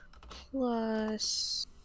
plus